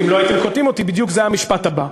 אם לא הייתם קוטעים אותי, בדיוק זה היה המשפט הבא.